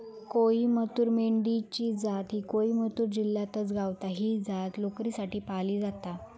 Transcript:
कोईमतूर मेंढी ची जात ही कोईमतूर जिल्ह्यातच गावता, ही जात लोकरीसाठी पाळली जाता